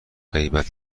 غیبت